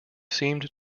seemed